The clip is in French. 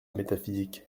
métaphysique